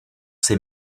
ces